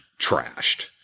trashed